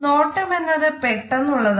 നോട്ടം എന്നത് പെട്ടെന്നുള്ളതാണ്